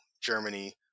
Germany